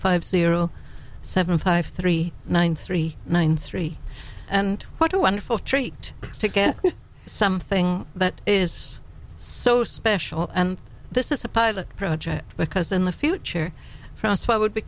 five zero seven five three one three one three and what a wonderful treat to get something that is so special and this is a pilot project because in the future frost would be